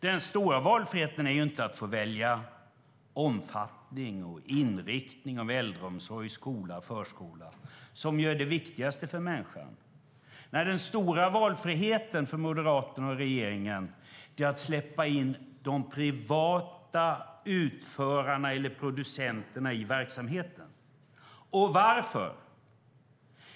Den stora valfriheten är inte att få välja omfattning och inriktning av äldreomsorg, skola och förskola, som ju är det viktigaste för människan. Nej, den stora valfriheten för Moderaterna och regeringen är att släppa in de privata utförarna eller producenterna i verksamheten. Varför?